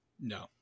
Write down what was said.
No